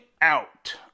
out